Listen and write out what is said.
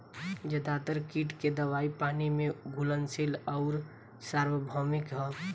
ज्यादातर कीट के दवाई पानी में घुलनशील आउर सार्वभौमिक ह?